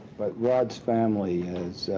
but rod's family